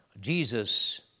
Jesus